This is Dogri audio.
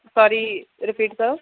इक बारी रपीट करो